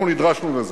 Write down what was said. אנחנו נדרשנו לזה.